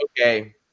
okay